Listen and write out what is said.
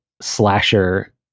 slasher